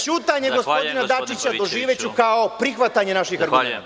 Ćutanje gospodina Dačića doživeću kao prihvatanje naših argumenata.